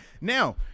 Now